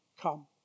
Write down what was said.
come